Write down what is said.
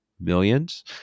millions